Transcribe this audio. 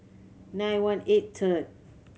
nine one eight third